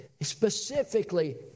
Specifically